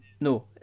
no